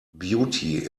beauty